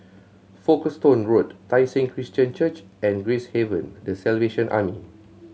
Folkestone Road Tai Seng Christian Church and Gracehaven The Salvation Army